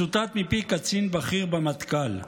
מצוטט מפי קצין בכיר במטכ"ל: